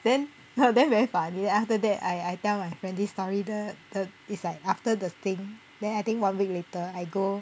then !huh! then very funny then after that I I tell my friend this story the the it's like after the thing then I think one week later I go